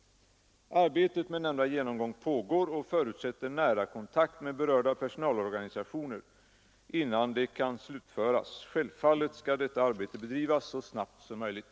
Arbetet med nämnda genomgång pågår och förutsätter nära kontakt med berörda personalorganisationer, innan det kan slutföras. Självfallet skall detta arbete bedrivas så snabbt som möjligt.